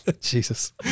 Jesus